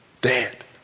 dead